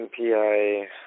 MPI